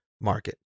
market